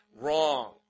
wrong